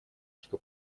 что